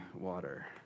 water